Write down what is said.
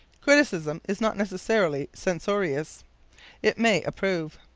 criticism is not necessarily censorious it may approve.